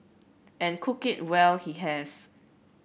and cook it well he has